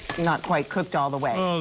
not quite cooked all the way.